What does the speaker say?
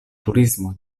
turismo